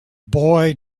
boy